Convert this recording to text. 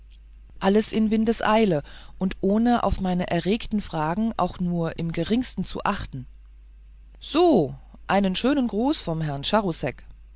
alles in windeseile und ohne auf meine erregten fragen auch nur im geringsten zu achten so einen schönen gruß vom herrn